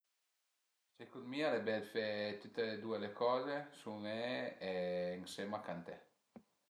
Secund mi al e bel fe tüte due le coze: suné e ënsema canté